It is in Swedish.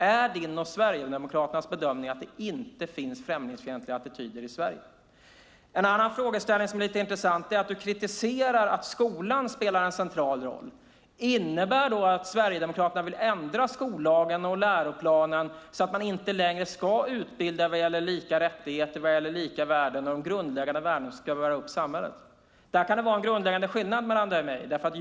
Är din och Sverigedemokraternas bedömning att det inte finns främlingsfientliga attityder i Sverige? En annan frågeställning som är lite intressant är att du kritiserar att skolan spelar en central roll. Innebär det att Sverigedemokraterna vill ändra skollagen och läroplanen så att man inte längre ska utbilda vad gäller lika rättigheter, vad gäller lika värden, de grundläggande värden som ska hålla ihop samhället? Där kan det vara en grundläggande skillnad mellan dig och mig.